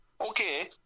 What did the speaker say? Okay